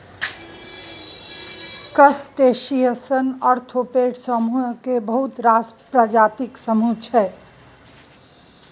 crustaceans arthropod समुह केर बहुत रास प्रजातिक समुह छै